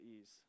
ease